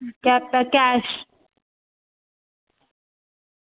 पैसा कैश